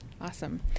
Awesome